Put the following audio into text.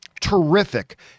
terrific